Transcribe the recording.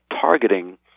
targeting